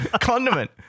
condiment